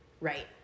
Right